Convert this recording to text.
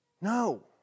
No